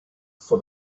for